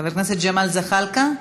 חבר הכנסת ג'מאל זחאלקה,